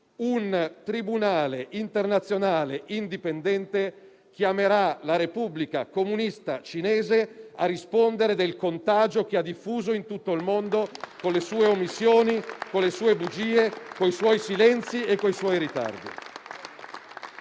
un tribunale internazionale indipendente chiamerà la Repubblica Comunista Cinese a rispondere del contagio che ha diffuso in tutto il mondo, con le sue omissioni, con le sue bugie, con i suoi silenzi e coi suoi ritardi.